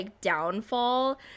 downfall